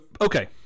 okay